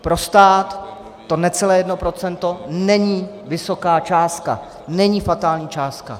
Pro stát to necelé jedno procento není vysoká částka, není fatální částka.